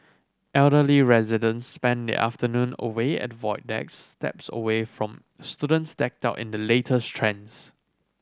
elderly residents spend their afternoon away at void decks steps away from students decked out in the latest trends